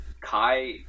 Kai